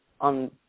on